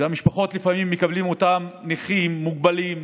במשפחות לפעמים מקבלים אותם נכים, מוגבלים,